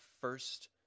first